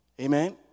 Amen